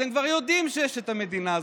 אז הם כבר יודעים שיש את המדינה הזאת.